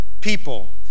people